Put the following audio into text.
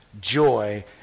joy